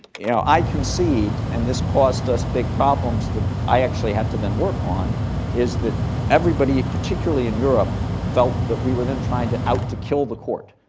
you know, i concede and this caused us big problems that i actually had to then work on is that everybody, particularly in europe, felt that we were then trying to out to kill the court,